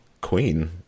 queen